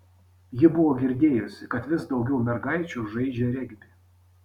ji buvo girdėjusi kad vis daugiau mergaičių žaidžią regbį